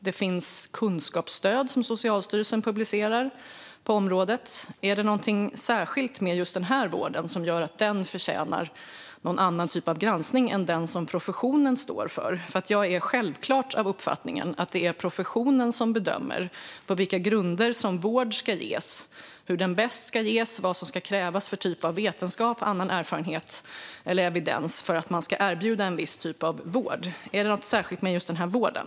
Det finns kunskapsstöd på området som Socialstyrelsen publicerar. Är det något särskilt med just den vården som gör att den förtjänar någon annan typ av granskning än den som professionen står för? Jag är självklart av uppfattningen att det är professionen som bedömer på vilka grunder vård ska ges, hur den bäst ska ges och vad som ska krävas i form av vetenskap, annan erfarenhet eller evidens för att en viss typ av vård ska erbjudas. Är det något särskilt med just den här vården?